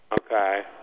Okay